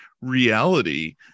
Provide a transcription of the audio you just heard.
reality